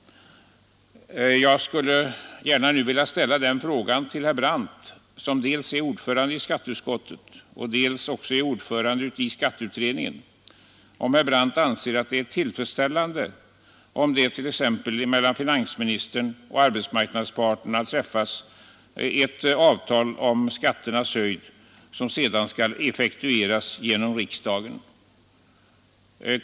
Jag skulle vilja ställa en fråga till herr Brandt, som dels är ordförande i skatteutskottet och dels också är ordförande i skatteutredningen. Anser herr Brandt att det är tillfredsstäilande, om det t.ex. mellan finansministern och arbetsmarknadsparterna träffas ett avtal om skatternas höjd, som sedan skall effektueras genom riksdagen?